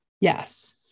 Yes